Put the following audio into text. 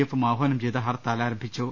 എഫും ആഹ്വാനം ചെയ്ത ഹർത്താൽ ആരംഭി ച്ചു